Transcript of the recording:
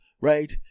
right